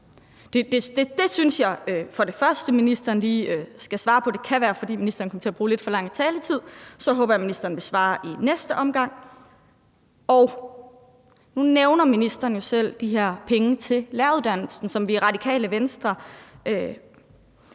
Det synes jeg at ministeren lige skal svare på. Det kan være, fordi ministeren kom til at bruge lidt for meget af sin taletid. Så jeg håber, at ministeren vil svare i næste omgang. Nu nævner ministeren selv, at de her penge til læreruddannelsen, som vi i Radikale Venstre